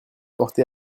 porté